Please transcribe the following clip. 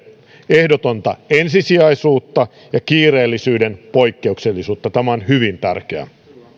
ehdotonta ensisijaisuutta ja kiireellisyyden poikkeuksellisuutta tämä on hyvin tärkeää